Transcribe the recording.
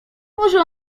może